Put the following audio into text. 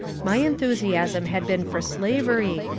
my enthusiasm had been for slavery,